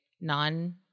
non